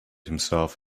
himself